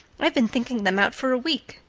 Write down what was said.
i've been thinking them out for a week.